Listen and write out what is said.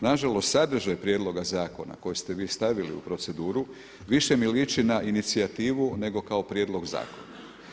Nažalost, sadržaj prijedloga zakona koji ste vi stavili u proceduru više mi liči na inicijativu nego kao prijedlog zakona.